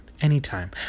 anytime